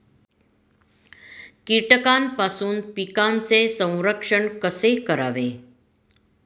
कीटकांपासून पिकांचे संरक्षण कसे करावे?